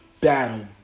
battle